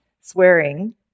swearing